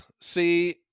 see